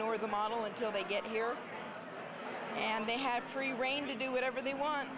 nor the model until they get here and they have free reign to do whatever they want